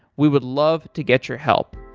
we would love to get your help.